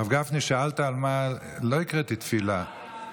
הרב גפני, לא הקראתי תפילה,